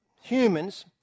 humans